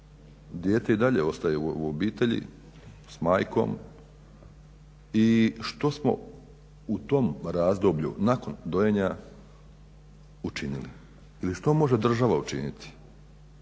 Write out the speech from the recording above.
dijete i dalje ostaje u obitelji s majkom i što smo u tom razdoblju nakon dojenja učinili ili što može država učiniti?